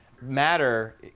matter